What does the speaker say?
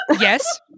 Yes